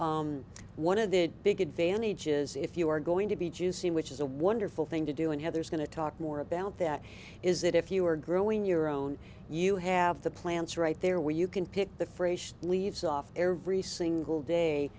plant one of the big advantages if you are going to be juicy which is a wonderful thing to do and heather is going to talk more about that is that if you are growing your own you have the plants right there where you can pick the frache leaves off every single day